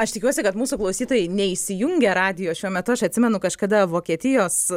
aš tikiuosi kad mūsų klausytojai neišsijungė radijo šiuo metu aš atsimenu kažkada vokietijos